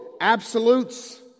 Absolutes